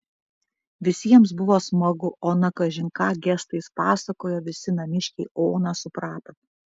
visiems buvo smagu ona kažin ką gestais pasakojo visi namiškiai oną suprato